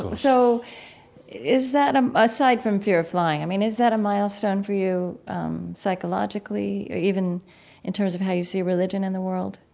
so so is that, um aside from fear of flying, i mean, is that a milestone for you psychologically even in terms of how you see religion in the world?